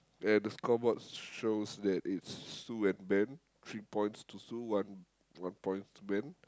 and the scoreboard shows that it's Sue and Ben three points to Sue one one point to Ben